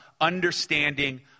understanding